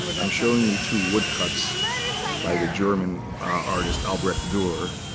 i'm showing you two woodcuts by the german artist, albrecht durer.